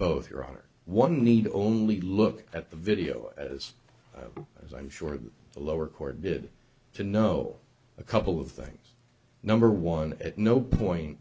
both your honor one need only look at the video as well as i'm sure the lower court did to know a couple of things number one at no point